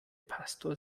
pastor